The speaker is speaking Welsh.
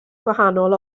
gwahanol